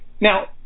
Now